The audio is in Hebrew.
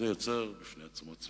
זה יוצר צמיחה בפני עצמו.